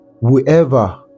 wherever